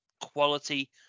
quality